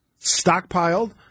stockpiled